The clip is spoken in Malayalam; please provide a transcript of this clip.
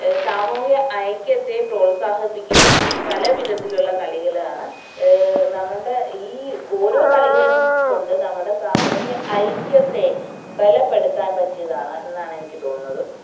സാമൂഹിക ഐക്യത്തെ പ്രോത്സാഹിപ്പിക്കുന്ന പല വിധത്തിലുള്ള കളികളാണ് നമ്മളുടെ ഈ ഓരോ കളികളും കൊണ്ട് നമ്മുടെ സാമൂഹിക ഐക്യത്തെ ബലപ്പെടുത്താൻ പറ്റിയതാണ് എന്നാണ് എനിക്ക് തോന്നുന്നത്